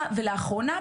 ולאחרונה,